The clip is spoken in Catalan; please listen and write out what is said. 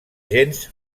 gens